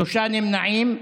שלושה נמנעים.